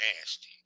nasty